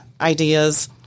ideas